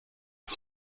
شصت